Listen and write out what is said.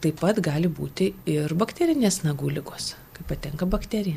taip pat gali būti ir bakterinės nagų ligos kai patenka bakterija